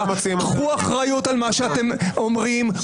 קחו אחריות למה שאתם אומרים,